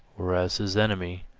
whereas his enemy,